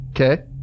Okay